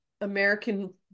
American